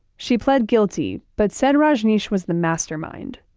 she pled guilty, but said rajneesh was the mastermind,